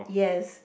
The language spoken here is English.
yes